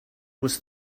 was